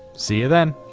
see you then.